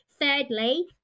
Thirdly